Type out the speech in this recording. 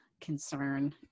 concern